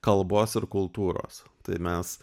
kalbos ir kultūros tai mes